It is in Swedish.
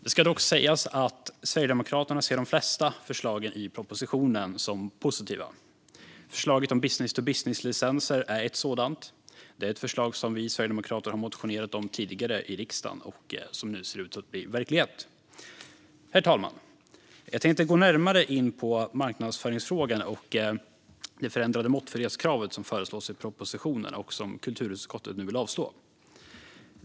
Det ska dock sägas att Sverigedemokraterna ser de flesta förslagen i propositionen som positiva. Förslaget om business-to-business-licenser är ett sådant. Det är ett förslag som vi sverigedemokrater har motionerat om tidigare i riksdagen och som nu ser ut att bli verklighet. Herr talman! Jag tänker gå närmare in på marknadsföringsfrågan och det förändrade måttfullhetskrav som föreslås i propositionen och som kulturutskottet nu vill avslå.